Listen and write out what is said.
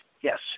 yes